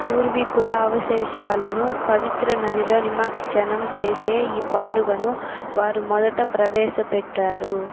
పూర్వీకుల అవశేషాలను పవిత్ర నదిలో నిమజ్జనం చేసే ఈ పండుగను వారు మొదట ప్రవేశ పెట్టారు